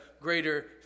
greater